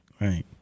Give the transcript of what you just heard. right